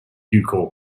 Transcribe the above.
ducal